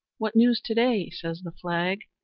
what news to-day? says the flag.